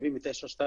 מהתקציבים מ-922,